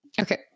Okay